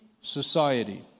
society